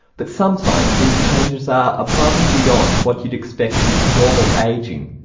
but sometimes these changes are above and beyond what you'd expect with normal ageing.